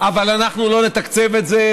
אבל אנחנו לא נתקצב את זה,